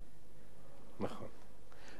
היום כמעט,